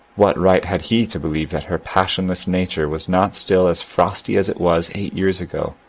what right had he to believe that her pas sionless nature was not still as frosty as it was eight years ago,